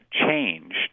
changed